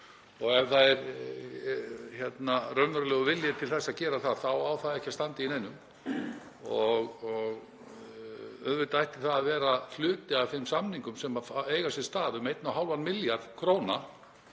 og ef það er raunverulegur vilji til að gera það þá á það ekki að standa í neinum. Auðvitað ætti það að vera hluti af þeim samningum sem eiga sér stað, um 1,5 milljarðar kr.